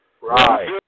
Right